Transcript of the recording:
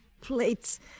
plates